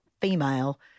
female